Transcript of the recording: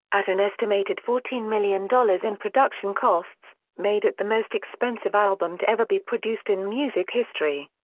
at an estimated fourteen million dollars in production costs, made it the most expensive album to ever be produced in music history.